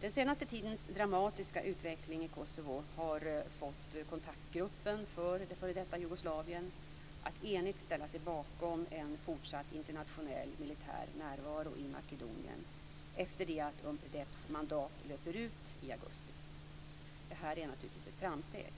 Den senaste tidens dramatiska utveckling i Kosovo har fått kontaktgruppen för det f.d. Jugoslavien att enigt ställa sig bakom en fortsatt internationell militär närvaro i Makedonien efter det att Unpredeps mandat löper ut i augusti. Detta är naturligtvis ett framsteg.